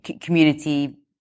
community